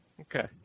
Okay